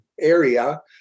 area